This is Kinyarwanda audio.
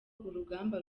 urugamba